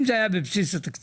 אם זה היה בבסיס התקציב,